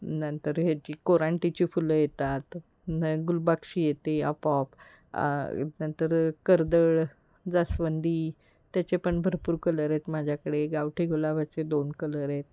नंतर ह्याची कोरांटीची फुलं येतात न गुलबक्षी येते आपोआप नंतर कर्दळ जास्वंदी त्याचे पण भरपूर कलर आहेत माझ्याकडे गावठी गुलाबाचे दोन कलर आहेत